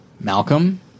Malcolm